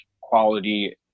quality